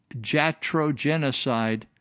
Jatrogenocide